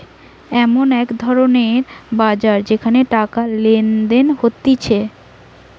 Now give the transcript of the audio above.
এমন এক ধরণের বাজার যেখানে টাকা লেনদেন হতিছে